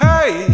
Hey